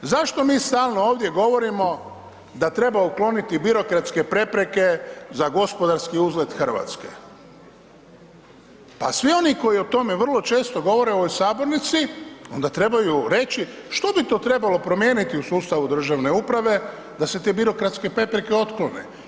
Zašto mi stalo ovdje govorimo da treba ukloniti birokratske prepreke za gospodarski uzlet Hrvatske, pa svi oni koji o tome vrlo često govore u ovoj sabornici onda trebaju reći što bit to trebalo promijeniti u sustavu državne uprave da se te birokratske prepreke otklone.